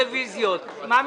הרביזיות לא התקבלו.